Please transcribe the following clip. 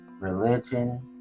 religion